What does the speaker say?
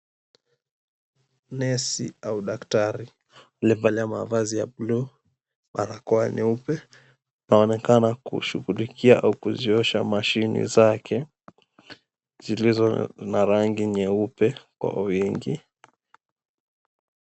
Nesi au daktari aliyevalia mavazi ya bluu, barakoa nyeupe anaonekana kushughulikia au kuziosha mashine zake zilizo na rangi nyeupe kwa wingi.